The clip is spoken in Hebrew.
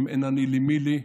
"אם אין אני לי מי לי",